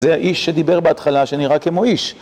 זה האיש שדיבר בהתחלה, שנראה כמו איש.